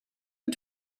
wyt